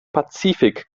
pazifik